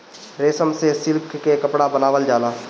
रेशम से सिल्क के कपड़ा बनावल जाला